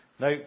Now